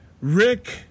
Rick